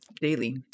daily